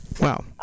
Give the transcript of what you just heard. wow